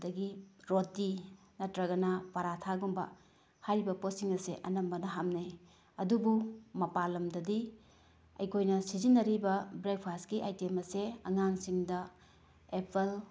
ꯑꯗꯒꯤ ꯔꯣꯇꯤ ꯅꯠꯇ꯭ꯔꯒꯅ ꯄꯥꯔꯥꯊꯥꯒꯨꯝꯕ ꯍꯥꯏꯔꯤꯕ ꯄꯣꯠꯁꯤꯡ ꯑꯁꯦ ꯑꯅꯝꯕꯅ ꯍꯥꯞꯅꯩ ꯑꯗꯨꯕꯨ ꯃꯄꯥꯜ ꯂꯝꯗꯗꯤ ꯑꯩꯈꯣꯏꯅ ꯁꯤꯖꯤꯟꯅꯔꯤꯕ ꯕ꯭ꯔꯦꯛꯐꯥꯁꯀꯤ ꯑꯥꯏꯇꯦꯝ ꯑꯁꯦ ꯑꯉꯥꯡꯁꯤꯡꯗ ꯑꯦꯄꯜ